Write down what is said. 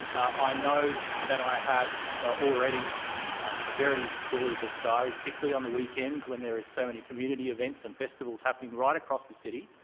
i know that i have already a very fully booked diary, particularly on the weekends when there are so many community events and festivals happening right across the city.